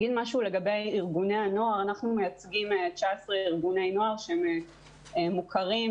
אנחנו מייצגים 19 ארגוני נוער שהם מוכרים,